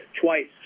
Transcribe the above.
twice